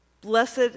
Blessed